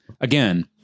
again